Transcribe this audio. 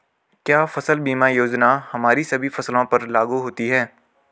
क्या फसल बीमा योजना हमारी सभी फसलों पर लागू होती हैं?